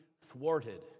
thwarted